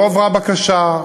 לא הועברה בקשה.